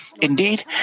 Indeed